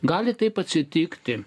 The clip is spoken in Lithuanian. gali taip atsitikti